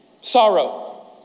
Sorrow